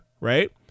right